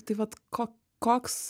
tai vat ko koks